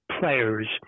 players